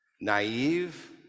Naive